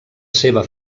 seva